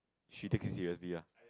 she takes it seriously ah